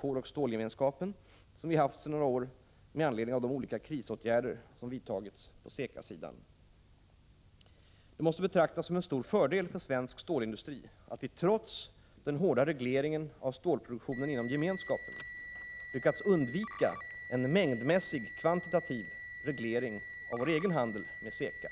koloch stålgemenskapen, som vi haft sedan några år med anledning av de olika krisåtgärderna som vidtagits på CECA-sidan. Det måste betraktas som en stor fördel för svensk stålindustri att vi trots den hårda regleringen av stålproduktionen inom Gemenskapen lyckats undvika en kvantitativ reglering av vår egen handel med CECA.